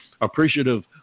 appreciative